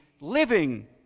living